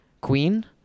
queen